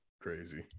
Crazy